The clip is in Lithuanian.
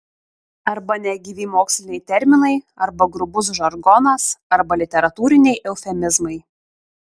arba negyvi moksliniai terminai arba grubus žargonas arba literatūriniai eufemizmai